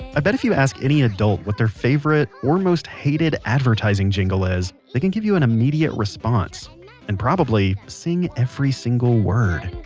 i bet if you ask any adult what their favorite, or most hated advertising jingle is, they can give you an immediate response and. probably. sing every word